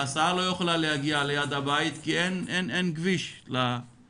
ההסעה לא יכולה להגיע ליד הבית כי אין כביש לבית?